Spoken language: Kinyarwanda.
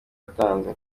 yatanze